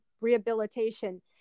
rehabilitation